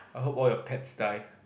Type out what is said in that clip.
I hope all your pets die